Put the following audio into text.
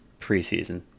preseason